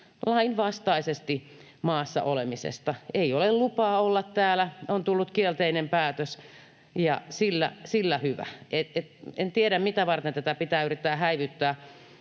lainvastaisesti maassa olemisesta: ei ole lupaa olla täällä, on tullut kielteinen päätös, ja sillä hyvä. En tiedä, mitä varten tätä pitää yrittää häivyttää.